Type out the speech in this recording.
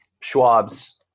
Schwab's